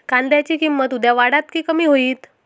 कांद्याची किंमत उद्या वाढात की कमी होईत?